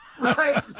Right